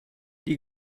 die